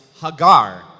Hagar